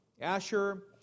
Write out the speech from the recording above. Asher